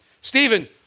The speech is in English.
Stephen